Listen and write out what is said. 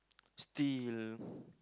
still